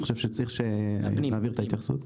אני חושב שצריך שנעביר את ההתייחסות.